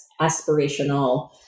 aspirational